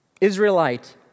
Israelite